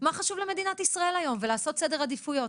מה חשוב למדינת ישראל היום ולעשות סדר עדיפויות.